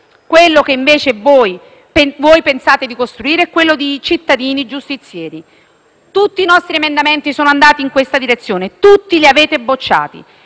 quello che voi pensate di costruire è uno Stato fatto di cittadini giustizieri. Tutti i nostri emendamenti sono andati in quella direzione e li avete bocciati